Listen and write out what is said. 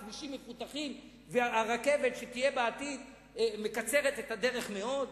הכבישים מפותחים והרכבת שתהיה בעתיד מקצרת את הדרך מאוד.